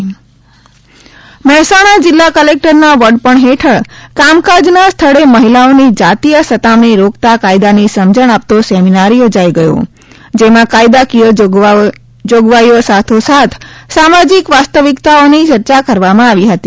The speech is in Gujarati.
મહેસાણા જાતિય સતામણી વિરોધી સેમિનાર મહેસાણા જિલ્લા કલેક્ટરના વડપણ હેઠળ કામકાજના સ્થળે મહિલાઓ ની જાતિય સતામણી રોકતા કાયદાની સમજણ આપતો સેમિનાર યોજાઇ ગયો જેમાં કાયદાકીય જોગવાઇઓ સાથોસાથ સામાજિક વાસ્તવિકતાઓ ની ચર્ચા કરવામાં આવી હતી